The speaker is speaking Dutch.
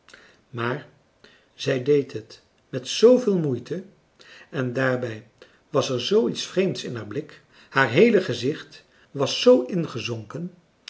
maar zij deed het met zooveel moeite en daarbij was er zoo iets vreemds in haar blik haar heele gezicht was zoo ingezonken